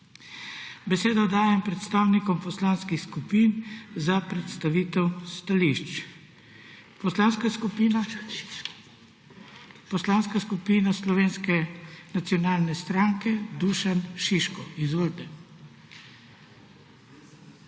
Besedo dajem predstavnikom poslanskih skupin za predstavitev stališč. Poslanska skupina Slovenske nacionalne stranke, Dušan Šiško, izvolite.